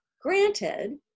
Granted